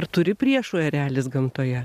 ar turi priešų erelis gamtoje